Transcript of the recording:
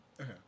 Okay